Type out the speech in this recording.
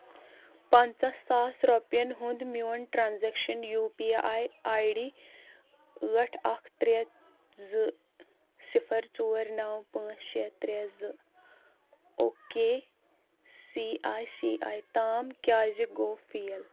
پنژہ ساس رۄپِیَن ہُنٛد میون transaction U P I I D ٲٹھ اکھ ترٛےٚ زٕ صِفر ژور نو پانٛژھ شیٚے ترٛےٚ زٕ O K C I C I تام کیٛازِ گوٚو فیل ؟